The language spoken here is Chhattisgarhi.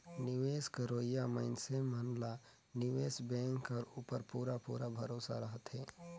निवेस करोइया मइनसे मन ला निवेस बेंक कर उपर पूरा पूरा भरोसा रहथे